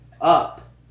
up